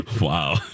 Wow